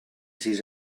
sis